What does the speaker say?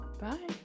bye